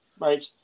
right